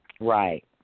Right